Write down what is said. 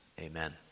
Amen